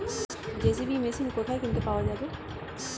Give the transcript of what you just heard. JCB machine কোথায় কিনতে পাওয়া যাবে?